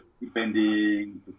depending